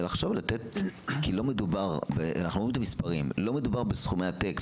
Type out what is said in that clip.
כי לא מדובר בסכומי עתק,